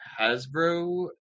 Hasbro